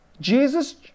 Jesus